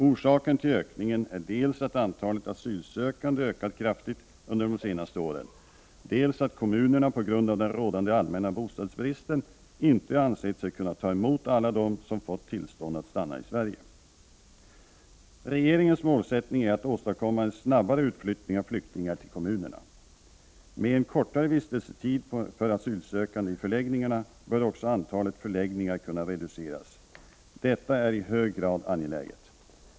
Orsaken till ökningen är dels att antalet asylsökande ökat kraftigt under de senaste åren, dels att kommunerna på grund av den rådande allmänna bostadsbristen inte ansett sig kunna ta emot alla dem som fått tillstånd att stanna i Sverige. Regeringens målsättning är att åstadkomma en snabbare utflyttning av flyktingar till kommunerna. Med en kortare vistelsetid för asylsökande i förläggningarna bör också antalet förläggningar kunna reduceras. Detta är i hög grad angeläget.